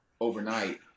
overnight